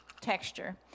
texture